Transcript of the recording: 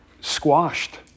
squashed